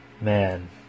man